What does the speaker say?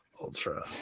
ultra